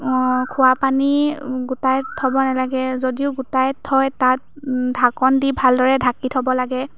খোৱা পানী গোটাই থ'ব নেলাগে যদিও গোটায় থয় তাত ঢাকোন দি ভালদৰে ঢাকি থ'ব লাগে